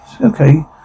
Okay